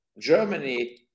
Germany